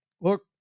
look